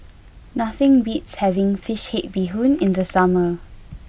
nothing beats having Fish Head Bee Hoon in the summer